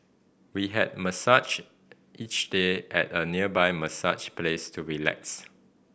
we had massage each day at a nearby massage place to relax